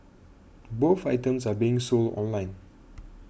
both items are being sold online